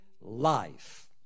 life